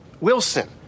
Wilson